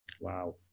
Wow